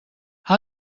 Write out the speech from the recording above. how